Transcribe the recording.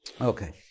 Okay